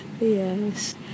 yes